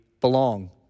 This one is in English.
belong